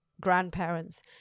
grandparents